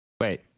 Wait